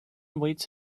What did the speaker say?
waits